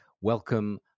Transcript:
Welcome